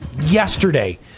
yesterday